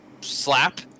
slap